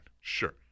Sure